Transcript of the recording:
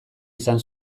izan